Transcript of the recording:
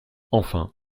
enfin